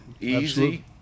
easy